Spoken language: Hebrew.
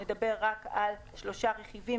נדבר רק על שלושה רכיבים.